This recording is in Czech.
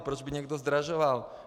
Proč by někdo zdražoval?